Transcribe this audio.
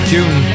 June